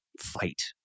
fight